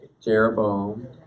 Jeroboam